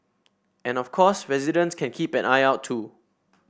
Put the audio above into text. and of course residents can keep an eye out too